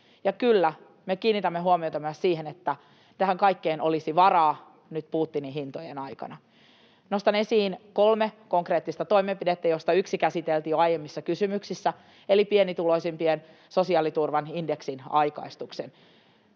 kyllä, me kiinnitämme huomiota myös siihen, että tähän kaikkeen olisi varaa nyt Putinin hintojen aikana. Nostan esiin kolme konkreettista toimenpidettä, joista yksi käsiteltiin jo aiemmissa kysymyksissä, eli pienituloisimpien sosiaaliturvan indeksin aikaistus.